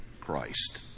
Christ